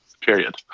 period